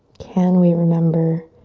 can we remember